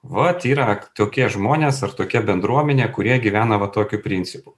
vat yra tokie žmonės ar tokia bendruomenė kurie gyvena va tokiu principu